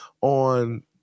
on